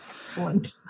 Excellent